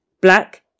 black